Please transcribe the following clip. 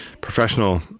professional